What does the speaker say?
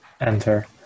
enter